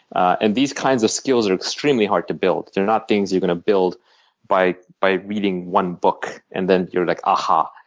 and these kinds of skills are extremely hard to build. they're not things you're going to build by by reading one book and then you're lie, like aha.